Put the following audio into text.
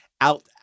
out